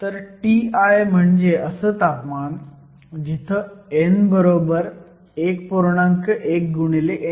तर Ti म्हणजे असं तापमान जिथं n 1